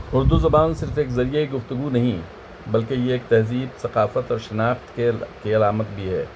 اردو زبان صرف ایک ذریعۂ گفتگو نہیں بلکہ یہ ایک تہذیب ثقافت اور شناخت کے کے علامت بھی ہے